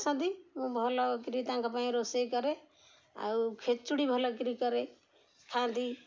ଆସନ୍ତି ମୁଁ ଭଲକରି ତାଙ୍କ ପାଇଁ ରୋଷେଇ କରେ ଆଉ ଖେଚୁଡ଼ି ଭଲକରି କରେ ଖାଆନ୍ତି